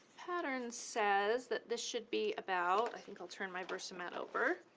pattern says that this should be about. i think i'll turn my versa mat over.